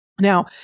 Now